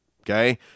okay